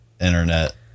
internet